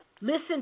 Listen